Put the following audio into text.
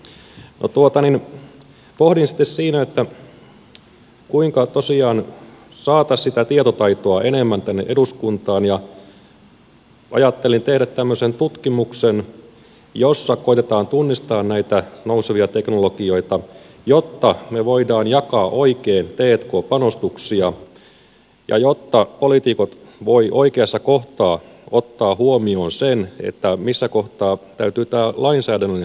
pohdin sitten siinä kuinka tosiaan saataisiin sitä tietotaitoa enemmän tänne eduskuntaan ja ajattelin tehdä tämmöisen tutkimuksen jossa koetetaan tunnistaa näitä nousevia teknologioita jotta me voimme jakaa oikein t k panostuksia ja jotta poliitikot voivat oikeassa kohtaa ottaa huomioon sen missä kohtaa täytyy tämä lainsäädännöllinen puoli ottaa huomioon